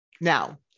Now